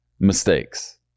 Mistakes